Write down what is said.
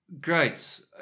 Great